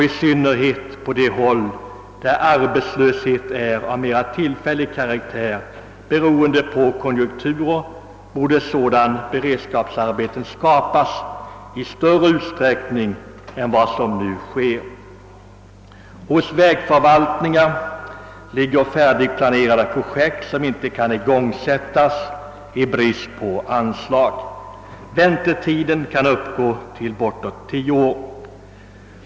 I synnerhet på de håll där arbetslösheten är av mer tillfällig konjunkturbetonad karaktär borde sådana beredskapsarbeten sättas i gång i större utsträckning än vad som sker. Hos vägförvaltningar ligger färdigplanerade projekt som inte kan igångsättas i brist på anslag. Väntetiden kan uppgå till bortåt tio år.